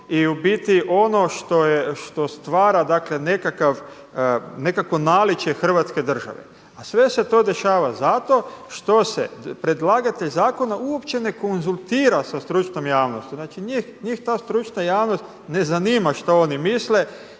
i u biti ono što stvara dakle nekakvo naličje hrvatske države. A sve se to dešava zato što se predlagatelj zakona uopće ne konzultira sa stručnom javnosti. Znači njih ta stručna javnost ne zanima šta oni misle,